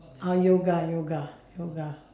ah yoga yoga yoga